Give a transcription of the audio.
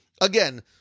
again